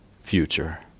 future